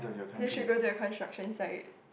they should go to a construction site